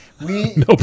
No